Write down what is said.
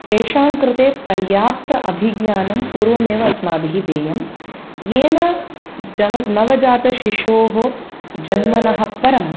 तेषां कृते पर्याप्त अभिज्ञानं पूर्वमेव अस्माभिः देयं येन जव नवजातशिशोः जन्मनः परं